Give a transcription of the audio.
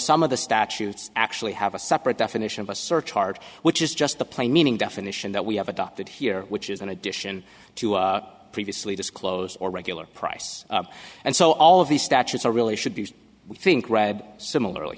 some of the statutes actually have a separate definition of a surcharge which is just the plain meaning definition that we have adopted here which is in addition to a previously disclosed or regular price and so all of these statutes are really should be used we think reb similarly